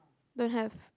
don't have